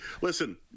listen